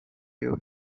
you